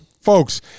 folks